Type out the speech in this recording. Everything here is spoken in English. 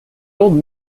old